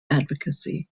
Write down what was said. advocacy